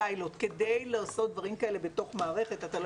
כדי לעשות דברים כאלה בתוך מערכת אתה לא